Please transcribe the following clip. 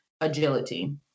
agility